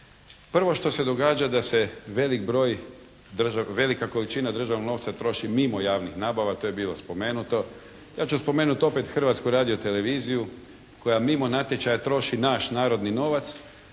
Prvo što se događa da se velik broj, velika količina državnog novca troši mimo javnih nabava, to je bilo spomenuto. Ja ću spomenuti opet Hrvatsku radioteleviziju koja mimo natječaja troši naš narodni novac